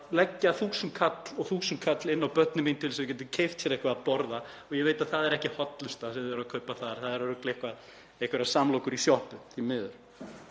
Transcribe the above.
leggja þúsundkall og þúsundkall inn á börnin mín til þess að þau geti keypt sér eitthvað að borða og ég veit að það er ekki hollusta sem þau eru að kaupa, það eru örugglega einhverjar samlokur í sjoppu, því miður.